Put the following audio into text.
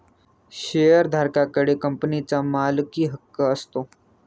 शेअरधारका कडे कंपनीचा मालकीहक्क असतो